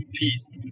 peace